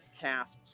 Cast